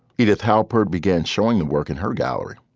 edith halpert began showing the work in her gallery,